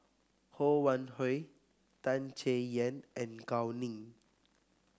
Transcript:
Ho Wan Hui Tan Chay Yan and Gao Ning